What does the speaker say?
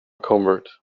convert